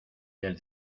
del